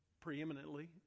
preeminently